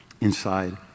inside